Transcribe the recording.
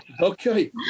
okay